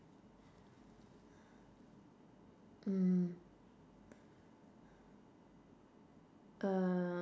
mm um